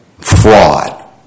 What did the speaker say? fraud